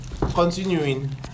Continuing